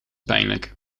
pijnlijk